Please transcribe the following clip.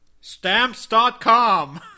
Stamps.com